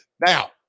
Now